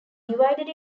divided